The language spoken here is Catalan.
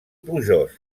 plujós